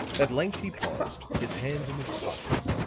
at length he paused, his hands in his pockets,